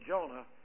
Jonah